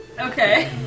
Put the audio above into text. Okay